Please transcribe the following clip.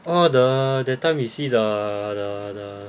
oh the that time we see the the the